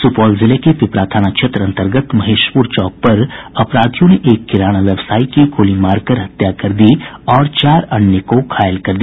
सुपौल जिले के पिपरा थाना क्षेत्र अंतर्गत महेशपुर चौक पर अपराधियों ने एक किराना व्यवसायी की गोली मारकर हत्या कर दी और चार अन्य को घायल कर दिया